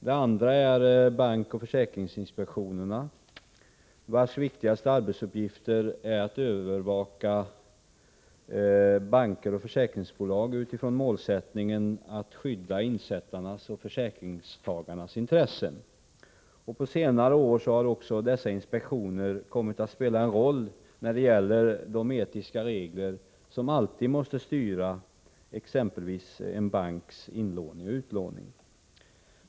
Det andra instrumentet är bankoch försäkringsinspektionerna, vars viktigaste arbetsuppgifter är att övervaka banker och försäkringsbolag utifrån målsättningen att skydda insättarnas och försäkringstagarnas intressen. På senare år har också dessa inspektioner kommit att spela en roll när det gäller de etiska regler som alltid måste styra exempelvis en banks inoch utlåning.